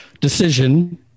decision